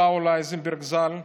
שאול אייזנברג, ז"ל,